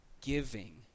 Giving